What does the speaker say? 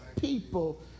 people